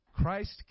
christ